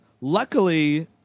luckily